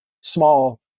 small